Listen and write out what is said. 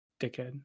dickhead